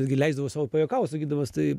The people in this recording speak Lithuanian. netgi leisdavau sau pajuokaut sakydamas tai